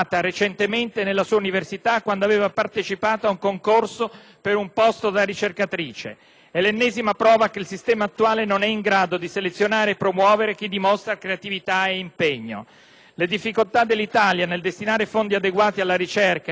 per un posto da ricercatrice. È l'ennesima prova che il sistema attuale non è in grado di selezionare e promuovere chi dimostra creatività e impegno. Le difficoltà dell'Italia nel destinare fondi adeguati alla ricerca e nell'adottare un sistema di valutazione trasparente sono sotto gli occhi di tutti;